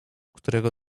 którego